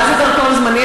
אדוני, מה זה דרכון זמני?